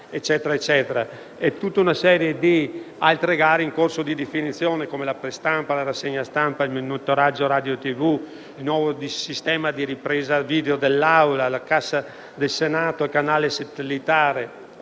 e tutta una serie di altre gare in corso di definizione, come la prestampa, la rassegna stampa, il monitoraggio radiotelevisivo, il nuovo sistema di ripresa video dell'Aula, la cassa del Senato, il canale satellitare.